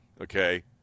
Okay